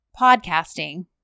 podcasting